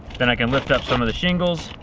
then i can lift up some of the shingles,